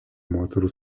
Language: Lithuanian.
moterų